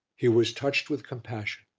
he was touched with compassion,